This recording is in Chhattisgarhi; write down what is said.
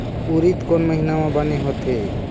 उरीद कोन महीना म बने होथे?